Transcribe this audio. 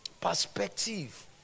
Perspective